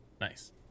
Nice